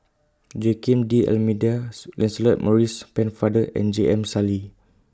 Joaquim D'Almeidas Lancelot Maurice Pennefather and J M Sali